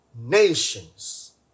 nations